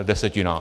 Desetina.